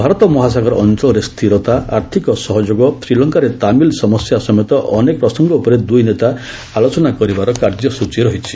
ଭାରତ ମହାସାଗର ଅଞ୍ଚଳରେ ସ୍ଥିରତା ଆର୍ଥିକ ସହଯୋଗ ଶ୍ରୀଲଙ୍କାରେ ତାମିଲ୍ ସମସ୍ୟା ସମେତ ଅନେକ ପ୍ରସଙ୍ଗ ଉପରେ ଦୁଇ ନେତା ଆଲୋଚନା କରିବାର କାର୍ଯ୍ୟସ୍ଟଚୀ ରହିଛି